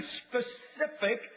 specific